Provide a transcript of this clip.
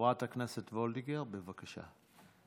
חברת הכנסת וולדיגר, בבקשה.